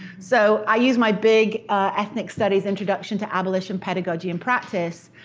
so i used my big ethnic studies introduction to abolition, pedagogy, and practice,